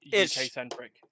UK-centric